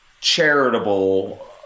charitable